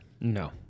no